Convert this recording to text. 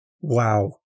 Wow